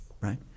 right